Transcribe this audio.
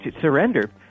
surrender